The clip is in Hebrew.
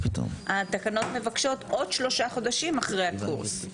התקנות מבקשות עוד שלושה חודשים אחרי הקורס.